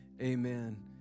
amen